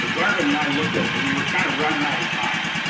ah garvin and i looked at it and we were kind of running out of time.